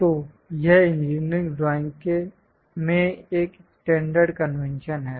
तो यह engineering drawing में एक स्टैंडर्ड कन्वेंशन है